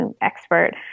expert